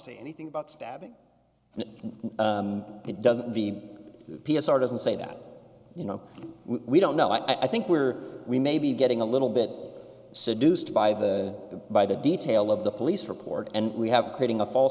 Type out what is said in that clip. say anything about stabbing and it doesn't the p s r doesn't say that you know we don't know i think we're we maybe getting a little bit seduced by the by the detail of the police report and we have creating a false